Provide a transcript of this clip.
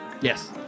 Yes